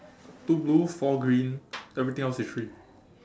two blue four green everything else is three